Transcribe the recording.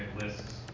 lists